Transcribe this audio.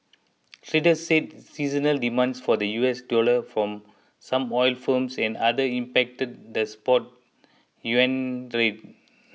traders said seasonal demand for the U S dollar from some oil firms and others impacted the spot yuan rate